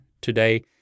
today